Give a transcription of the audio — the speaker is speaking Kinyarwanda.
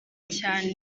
cyangwa